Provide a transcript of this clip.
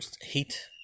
heat